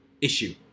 issue